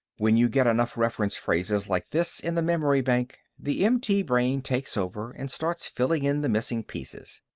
when you get enough reference phrases like this in the memory bank, the mt brain takes over and starts filling in the missing pieces.